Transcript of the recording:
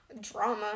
Drama